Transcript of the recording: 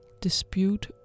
dispute